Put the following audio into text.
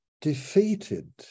defeated